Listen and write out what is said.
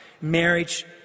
Marriage